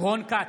רון כץ,